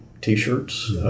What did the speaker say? T-shirts